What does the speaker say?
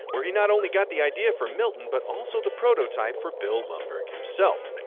where he not only got the idea for milton, but also the prototype for bill lumbergh himself.